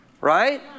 Right